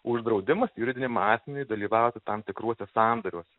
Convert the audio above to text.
uždraudimas juridiniam asmeniui dalyvauti tam tikruose sandoriuos